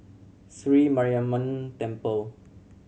Sri Mariamman Temple